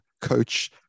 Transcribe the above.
coach